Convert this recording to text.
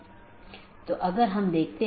जब ऐसा होता है तो त्रुटि सूचना भेज दी जाती है